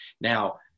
Now